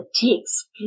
takes